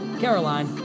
Caroline